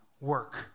work